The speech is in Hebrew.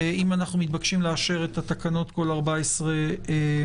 אם אנחנו מתבקשים לאשר את התקנות כל 14 ימים.